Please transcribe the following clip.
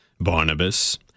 Barnabas